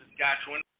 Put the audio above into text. Saskatchewan